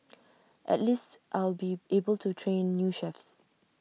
at least I'll be able to train new chefs